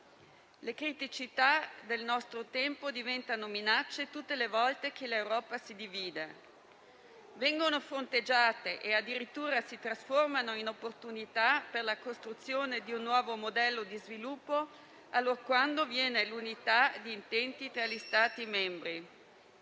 le criticità del nostro tempo diventano minacce tutte le volte che l'Europa si divide. Vengono fronteggiate e addirittura si trasformano in opportunità per la costruzione di un nuovo modello di sviluppo allorquando c'è l'unità di intenti tra gli Stati membri;